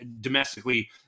domestically